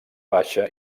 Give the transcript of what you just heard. baixa